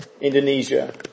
Indonesia